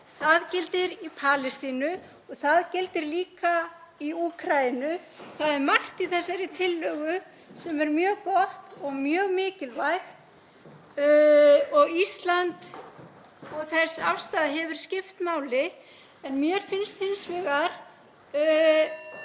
Það gildir í Palestínu og það gildir líka í Úkraínu. Það er margt í þessari tillögu sem er mjög gott og mjög mikilvægt og Ísland og þessi afstaða hefur skipt máli. En mér finnst hins vegar